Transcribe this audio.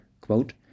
quote